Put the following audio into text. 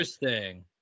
Interesting